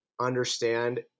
understand